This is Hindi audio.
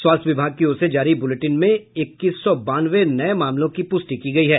स्वास्थ्य विभाग की ओर से जारी बुलेटिन में इक्कीस सौ बानवे नये मामलों की पुष्टि की गयी है